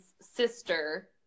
sister